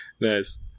nice